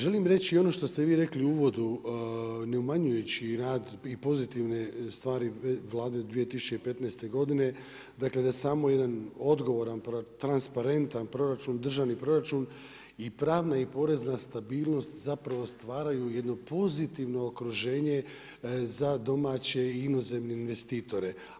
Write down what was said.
Želim reći ono što ste vi rekli u uvodu, ne umanjujući rad i pozitivne stvari Vlade 2015. godine, dakle da samo jedan odgovoran, transparentan državni proračun i pravna i porezna stabilnost, zapravo stvaraju jedno pozitivno okruženje za domaće i inozemne investitore.